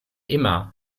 immer